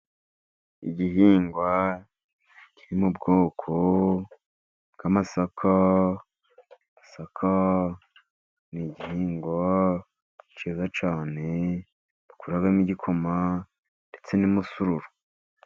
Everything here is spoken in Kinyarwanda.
Igihingwa kiri mu bwoko bw'amasaka, amasaka ni igihingwa cyiza cyane, dukuramo igikoma, ndetse n'umusururu.